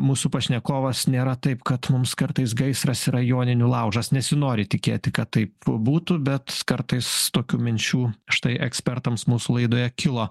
mūsų pašnekovas nėra taip kad mums kartais gaisras yra joninių laužas nesinori tikėti kad taip būtų bet kartais tokių minčių štai ekspertams mūsų laidoje kilo